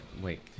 wait